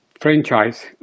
franchise